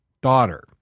daughter